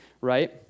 right